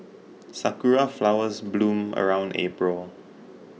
sakura flowers bloom around April